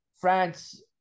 France